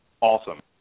Awesome